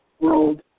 World